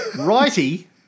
Righty